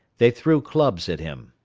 they threw clubs at him.